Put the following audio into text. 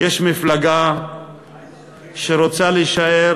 יש מפלגה שרוצה להישאר